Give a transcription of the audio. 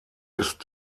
ist